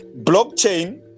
blockchain